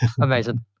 Amazing